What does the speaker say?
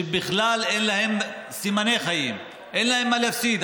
שבכלל אין להן סימני חיים, אין להן מה להפסיד.